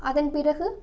அதன் பிறகு